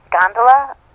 gondola